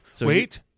Wait